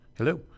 Hello